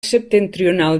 septentrional